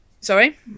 Sorry